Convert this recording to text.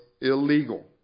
illegal